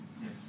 Yes